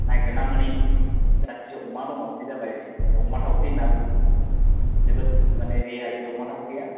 नागेरना मोनै राथिय' अमा दङ बे जाबाय अमा थावख्रि होन्ना बुङो जोबोद मानि रेयार बे अमा थावख्रिया